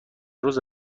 روز